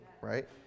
right